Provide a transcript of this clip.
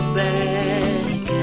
back